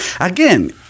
Again